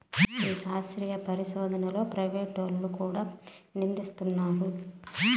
ఈ శాస్త్రీయ పరిశోదనలో ప్రైవేటోల్లు కూడా నిదులిస్తున్నారు